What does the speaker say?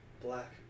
black